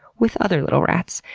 with other little rats.